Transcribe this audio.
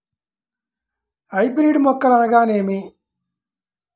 Hybrid మొక్కలు అనగానేమి?